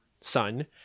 son